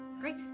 Great